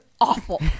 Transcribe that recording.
awful